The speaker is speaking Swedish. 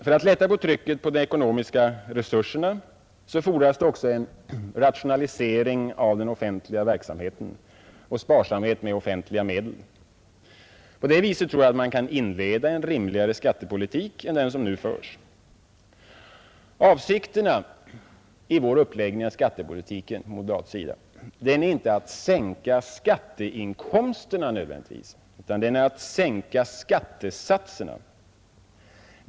För att lätta på trycket på de ekonomiska resurserna fordras det också en rationalisering av den offentliga verksamheten och sparsamhet med offentliga medel. Därigenom tror jag att man kan inleda en rimligare skattepolitik än den som nu förts. Avsikterna med moderata samlingspartiets uppläggning av skattepolitiken är inte att skatteinkomsterna nödvändigtvis skall sänkas utan att skattesatserna skall sänkas.